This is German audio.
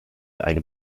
eine